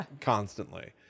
constantly